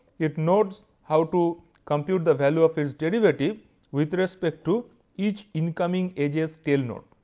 it knows how to compute the value of its derivative with respect to each incoming edge's tail node.